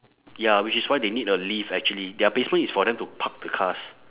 ya which is why they need a lift actually their basement is for them to park the cars